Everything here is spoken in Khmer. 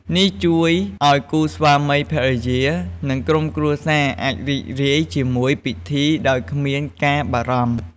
នេះជួយឲ្យគូស្វាមីភរិយា និងក្រុមគ្រួសារអាចរីករាយជាមួយពិធីដោយគ្មានការបារម្ភ។